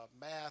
math